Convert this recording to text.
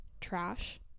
Trash